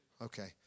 Okay